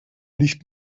nicht